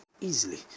easily